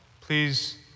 Please